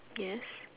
yes